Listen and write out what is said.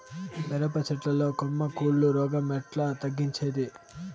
మిరప చెట్ల లో కొమ్మ కుళ్ళు రోగం ఎట్లా తగ్గించేది?